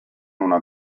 una